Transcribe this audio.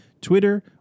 Twitter